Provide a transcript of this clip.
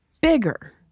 bigger